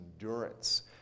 endurance